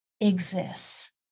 exists